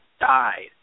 died